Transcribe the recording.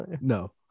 no